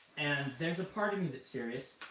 and there's a part of me that's serious,